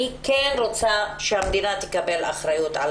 אני כן רוצה שהמדינה תקבל אחריות על